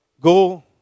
go